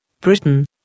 Britain